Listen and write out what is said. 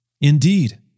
Indeed